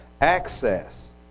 access